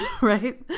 right